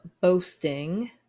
boasting